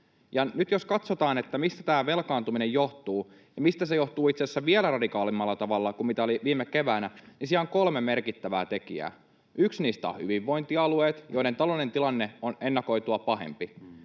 Nyt jos katsotaan, mistä tämä velkaantuminen johtuu ja mistä se johtuu itse asiassa vielä radikaalimmalla tavalla kuin mitä oli viime keväänä, niin siinähän on kolme merkittävää tekijää: Yksi niistä on hyvinvointialueet, joiden taloudellinen tilanne on ennakoitua pahempi.